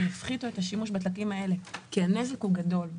הם יפחיתו את השימוש בדלקים האלה כי הנזק הוא גדול.